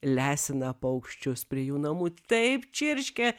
lesina paukščius prie jų namų taip čirškia